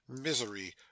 misery